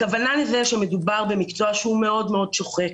הכוונה לכך שמדובר במקצוע הוא מאוד מאוד שוחק.